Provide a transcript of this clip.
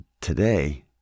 today